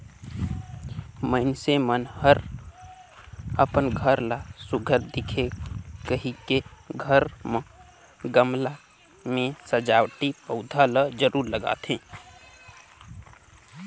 मइनसे मन हर अपन घर ला सुग्घर दिखे कहिके घर म गमला में सजावटी पउधा ल जरूर लगाथे